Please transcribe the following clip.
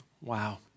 Wow